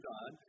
God